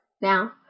now